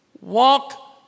Walk